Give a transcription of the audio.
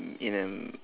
in a